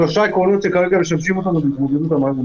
אני אתן לכם את הסיכום של הדברים.